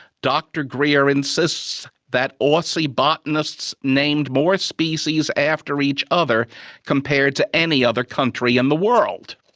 dr greer insists that aussie botanists named more species after each other compared to any other country in the world.